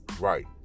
Right